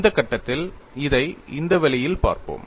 இந்த கட்டத்தில் இதை இந்த வழியில் பார்ப்போம்